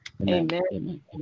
Amen